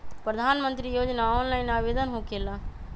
प्रधानमंत्री योजना ऑनलाइन आवेदन होकेला?